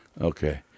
Okay